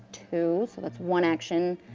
two, so that's one action,